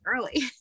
Early